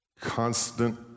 Constant